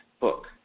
book